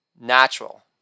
natural